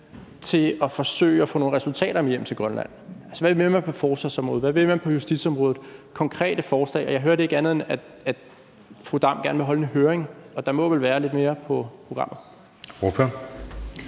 til at forsøge at få nogle resultater med hjem til Grønland. Altså, hvad vil man på forsvarsområdet, og hvad vil man på justitsområdet? Er der konkrete forslag? Jeg hørte ikke andet, end at fru Aki-Matilda Høegh-Dam gerne vil holde en høring. Der må vel være lidt mere på programmet. Kl.